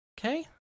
okay